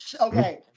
Okay